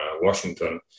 Washington